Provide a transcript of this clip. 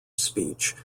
speech